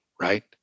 right